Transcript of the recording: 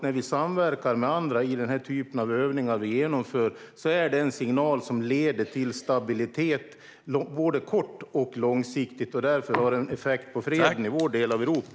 När vi samverkar med andra i den typ av övningar som vi genomför är det däremot en signal som leder till stabilitet på både kort och lång sikt och som därför har en effekt på freden i vår del av Europa.